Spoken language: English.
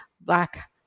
Black